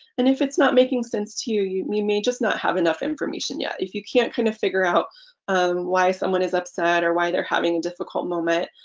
and if it's not making sense to you you may may just not have enough information yet if you can't kind of figure out why someone is upset or why they're having a difficult moment,